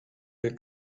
will